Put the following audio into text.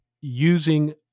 using